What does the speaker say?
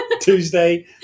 Tuesday